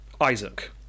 Isaac